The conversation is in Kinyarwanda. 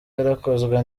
yarakozwe